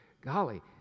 golly